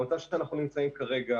במצב שאנחנו נמצאים כרגע,